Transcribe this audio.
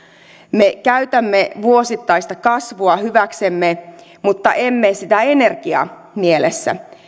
me käytämme vuosittaista kasvua hyväksemme mutta emme energiamielessä